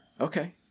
Okay